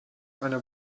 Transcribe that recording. eine